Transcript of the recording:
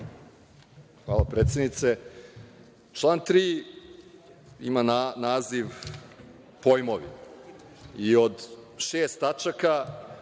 Hvala predsednice. Član 3. ima naziv – pojmovi, i od šest tačaka,